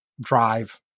drive